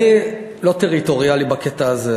אני לא טריטוריאלי בעניין הזה.